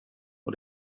och